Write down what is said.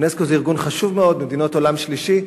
אונסק"ו זה ארגון חשוב מאוד במדינות עולם שלישי.